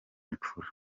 imfura